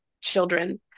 children